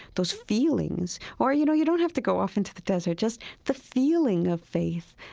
those feelings. or, you know, you don't have to go off into the desert, just the feeling of faith.